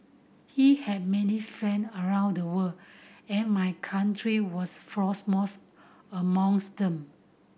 he had many friend around the world and my country was most amongst them